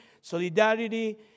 solidarity